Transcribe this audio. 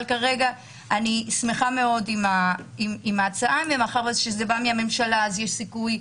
אני שמחה מאוד על ההצעה ומכיוון שזה בא מהממשלה יש סיכוי,